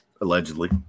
allegedly